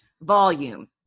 volume